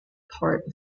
port